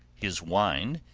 his whine,